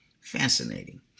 Fascinating